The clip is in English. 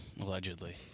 Allegedly